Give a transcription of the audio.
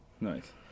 Nice